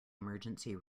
emergency